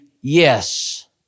yes